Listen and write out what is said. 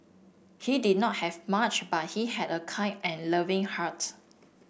he did not have much but he had a kind and loving heart